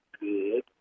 good